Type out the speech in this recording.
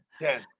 Yes